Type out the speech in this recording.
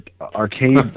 arcade